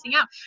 out